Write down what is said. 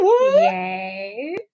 yay